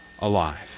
alive